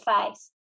face